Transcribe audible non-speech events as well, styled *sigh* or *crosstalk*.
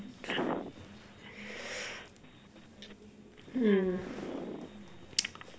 mm *noise*